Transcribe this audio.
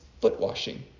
foot-washing